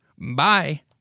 Bye